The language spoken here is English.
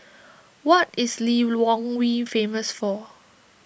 what is Lilongwe famous for